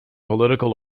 political